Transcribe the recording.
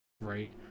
right